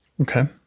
Okay